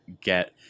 get